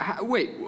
Wait